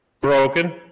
broken